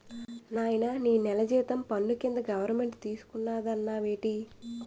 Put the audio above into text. నాయనా నీ నెల జీతం పన్ను కింద గవరమెంటు తీసుకున్నాదన్నావేటి